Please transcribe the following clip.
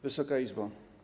Wysoka Izbo!